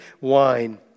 wine